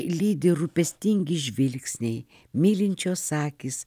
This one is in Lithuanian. lydi rūpestingi žvilgsniai mylinčios akys